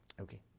Okay